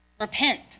Repent